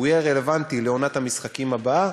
הוא יהיה רלוונטי לעונת המשחקים הבאה,